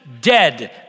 dead